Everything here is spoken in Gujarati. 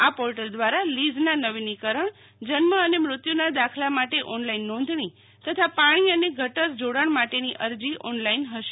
આ પોર્ટલ દ્વારા લીઝના નવીનકરણ જન્મ અને મૃત્યુના દાખલા માટે ઓનલાઈન નોંધણી તથા પાણી અન ગટર જોડાણ માટેની અરજી ઓનલાઈન હશે